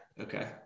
Okay